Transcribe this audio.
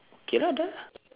okay lah dah